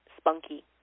spunky